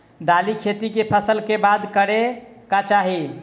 दालि खेती केँ फसल कऽ बाद करै कऽ चाहि?